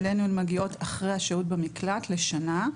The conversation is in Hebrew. אלינו הן מגיעות אחרי השהות במקלט לשנה,